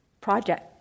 project